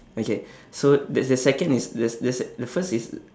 okay so the the second is the s~ the s~ the first is